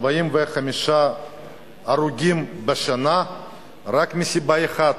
45 הרוגים בשנה רק מסיבה אחת,